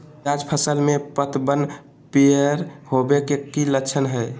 प्याज फसल में पतबन पियर होवे के की लक्षण हय?